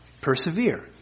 persevere